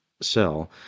cell